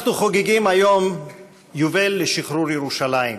אנחנו חוגגים היום יובל לשחרור ירושלים,